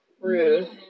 Rude